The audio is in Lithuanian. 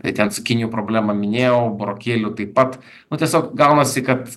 tai ten cukinijų problemą minėjau burokėlių taip pat nu tiesiog gaunasi kad